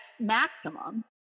maximum